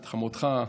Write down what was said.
את חמותך,